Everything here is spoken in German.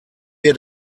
wir